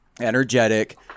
energetic